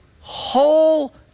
whole